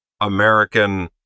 American